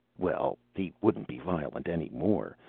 well, he wouldn't be violent any more.